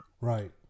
Right